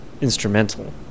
instrumental